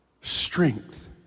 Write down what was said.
strength